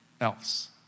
else